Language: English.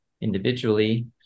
individually